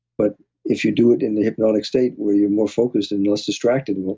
but if you do it in the hypnotic state where you're more focused and less distracted,